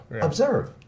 Observe